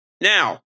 Now